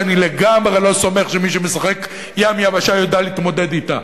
שאני לגמרי לא סומך שמי שמשחק "ים יבשה" ידע להתמודד אתה.